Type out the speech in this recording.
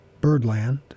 Birdland